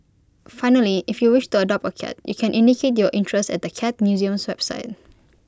finally if you wish to adopt A cat you can indicate your interest at the cat museum's website